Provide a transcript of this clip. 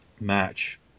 match